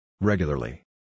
Regularly